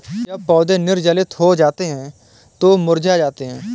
जब पौधे निर्जलित हो जाते हैं तो मुरझा जाते हैं